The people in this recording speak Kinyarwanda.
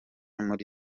muri